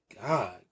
god